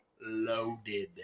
Loaded